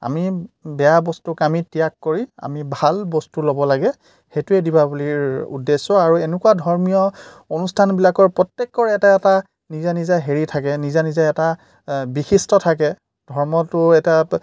আমি বেয়া বস্তুক আমি ত্যাগ কৰি আমি ভাল বস্তু ল'ব লাগে সেইটোৱেই দীপাৱলীৰ উদ্দেশ্য আৰু এনেকুৱা ধৰ্মীয় অনুষ্ঠানবিলাকৰ প্ৰত্যেকৰ এটা এটা নিজা নিজা হেৰি থাকে নিজা নিজা এটা বিশিষ্ট থাকে ধৰ্মটো এটা